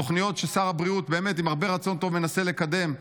התוכניות ששר הבריאות מנסה לקדם,